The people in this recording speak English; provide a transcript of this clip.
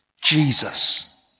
Jesus